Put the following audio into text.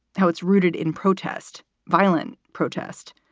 how it's rooted in protest. violent protest.